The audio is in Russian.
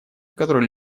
который